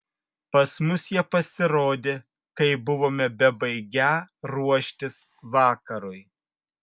pas mus jie pasirodė kai buvome bebaigią ruoštis vakarui